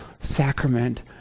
sacrament